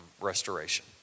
restoration